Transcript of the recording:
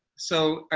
so,